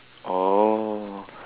oh